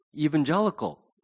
Evangelical